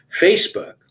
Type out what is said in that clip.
Facebook